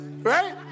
right